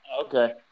Okay